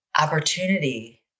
opportunity